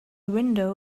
window